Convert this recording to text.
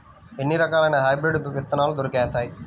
ఎన్ని రకాలయిన హైబ్రిడ్ విత్తనాలు దొరుకుతాయి?